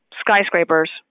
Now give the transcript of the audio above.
skyscrapers